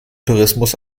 tourismus